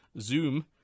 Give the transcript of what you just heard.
Zoom